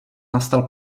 nastal